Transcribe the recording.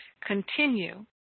continue